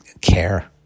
care